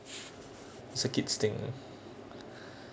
circuit thing ah